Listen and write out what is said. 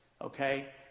okay